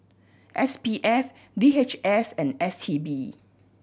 S P F D H S and S T B